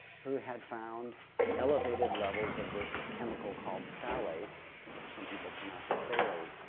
who had found elevated levels of this chemical called phthalate or some people pronounce it phelate,